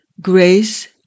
grace